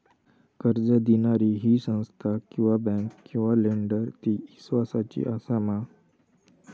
कर्ज दिणारी ही संस्था किवा बँक किवा लेंडर ती इस्वासाची आसा मा?